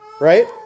Right